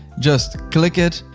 just click it.